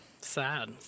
Sad